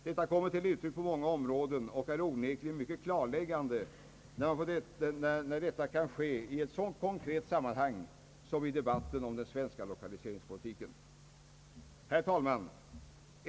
Detta kommer till uttryck på många områden, och det är onekligen mycket klarläggande när det kan ske i ett så konkret sammanhang som i debatten om den svenska lokaliseringspolitiken. Herr talman!